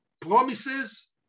promises